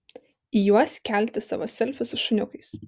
į juos kelti savo selfius su šuniukais